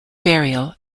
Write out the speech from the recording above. burial